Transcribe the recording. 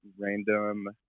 random